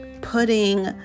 putting